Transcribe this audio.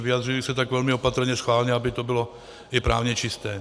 Vyjadřuji se tak velmi opatrně schválně, aby to bylo i právně čisté.